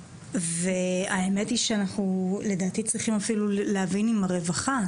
והאמת היא שאנחנו לדעתי צריכים אפילו להבין עם הרווחה,